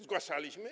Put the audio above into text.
Zgłaszaliśmy?